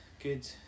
good